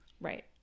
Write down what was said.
Right